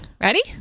Ready